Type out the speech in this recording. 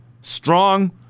strong